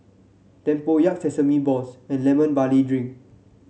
tempoyak Sesame Balls and Lemon Barley Drink